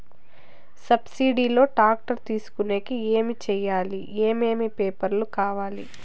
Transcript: Subsidy లో tractor తీసుకొనేకి ఏమి చేయాలి? ఏమేమి పేపర్లు కావాలి?